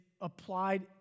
applied